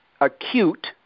acute